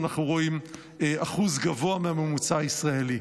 אנחנו רואים אחוז גבוה מהממוצע הישראלי.